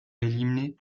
éliminer